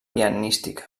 pianística